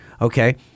Okay